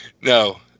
No